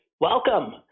welcome